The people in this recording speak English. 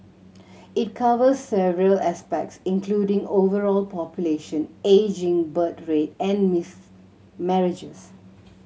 it covers several aspects including overall population ageing birth rate and miss marriages